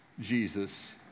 Jesus